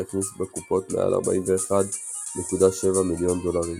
והכניס בקופות מעל 41.7 מיליון דולרים.